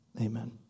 Amen